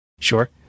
Sure